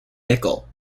nickel